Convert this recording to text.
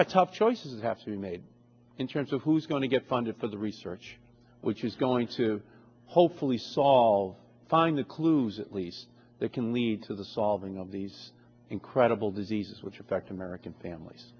are tough choices have to be made in terms of who's going to get funded for the research which is going to hopefully solve find the clues at least that can lead to the solving of these incredible diseases which affect american families